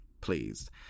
please